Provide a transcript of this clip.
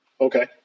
Okay